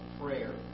prayer